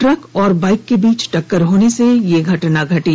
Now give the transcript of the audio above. truck और bike के बीच टक्कर होने से यह घटना घटी